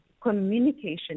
Communication